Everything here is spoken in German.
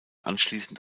anschließend